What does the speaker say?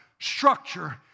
structure